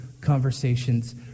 conversations